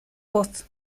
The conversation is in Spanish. voz